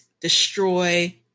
destroy